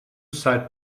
side